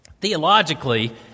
theologically